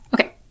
Okay